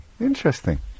Interesting